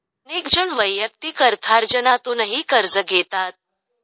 अनेक जण वैयक्तिक अर्थार्जनातूनही कर्ज घेतात